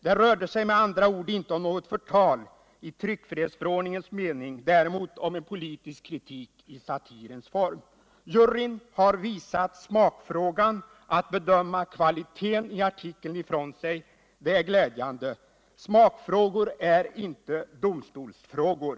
Det rörde sig med andra ord inte om något förtal i tryckfrihetsförordningens mening, däremot om en politisk kritik i satirens form. Juryn har visat smakfrågan, dvs. att bedöma kvaliteten i artikeln, ifrån sig. Det är glädjande. Smak frågor är inte domstolsfrågor.